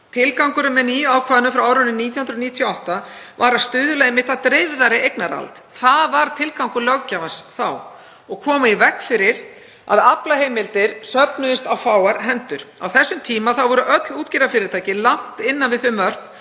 Tilgangurinn með nýja ákvæðinu frá árinu 1998 var einmitt að stuðla að dreifðari eignaraðild, það var tilgangur löggjafans þá, og koma í veg fyrir að aflaheimildir söfnuðust á fáar hendur. Á þessum tíma voru öll útgerðarfyrirtæki langt innan við þau mörk